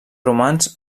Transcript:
romans